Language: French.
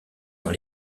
dans